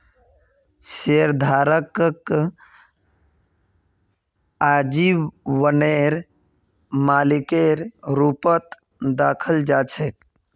शेयरधारकक आजीवनेर मालिकेर रूपत दखाल जा छेक